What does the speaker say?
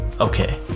okay